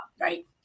Right